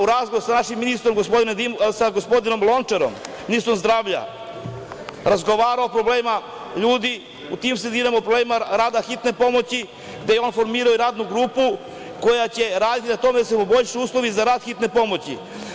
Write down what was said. U razgovoru sa našim ministrom gospodinom Lončarom, ministrom zdravlja, razgovarao sam o problemima ljudi u tim sredinama, o problemima rada hitne pomoći, gde je on formirao i radnu grupu koja će raditi na tome da se poboljšaju uslovi za rad hitne pomoći.